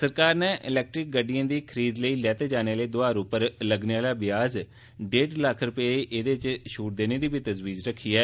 सरकार नै ईलैक्ट्रिक गड्डियें दी खरीद लेई लैते जाने आहले दोआर उप्पर लग्गने आहले ब्याज च ढेड़ लक्ख रपे दी छूट देने दी बी तजवीज रक्खी ऐ